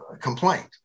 complaint